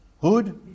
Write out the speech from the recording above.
hood